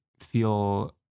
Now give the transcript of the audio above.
feel